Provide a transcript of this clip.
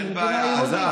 של מדינת יהודית.